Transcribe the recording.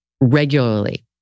regularly